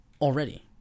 already